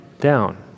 down